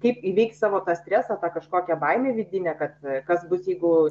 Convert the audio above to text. kaip įveikt savo tą stresą tą kažkokią baimę vidinę kad kas bus jeigu